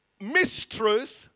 mistruth